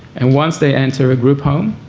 and once they enter a group home,